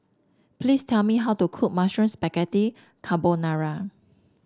please tell me how to cook Mushroom Spaghetti Carbonara